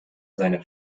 seine